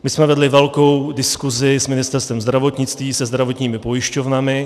My jsme vedli velkou diskusi s Ministerstvem zdravotnictví, se zdravotními pojišťovnami.